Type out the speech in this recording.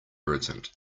irritant